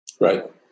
Right